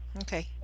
okay